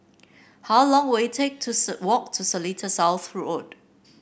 how long will it take to walk to Seletar South Road